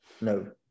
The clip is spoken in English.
No